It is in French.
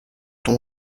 ton